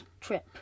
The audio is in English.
trip